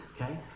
okay